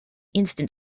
instant